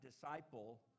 disciple